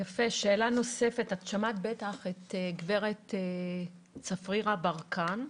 בטח שמעת את גברת צפרירה ברקן,